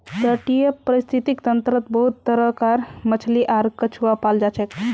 तटीय परिस्थितिक तंत्रत बहुत तरह कार मछली आर कछुआ पाल जाछेक